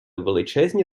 величезні